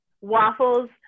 waffles